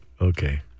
Okay